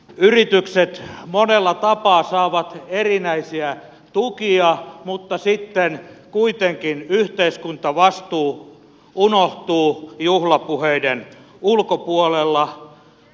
yritykset monella tapaa saavat erinäisiä tukia mutta sitten kuitenkin yhteiskuntavastuu unohtuu juhlapuheiden ulkopuolella